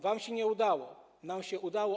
Wam się nie udało, nam się udało.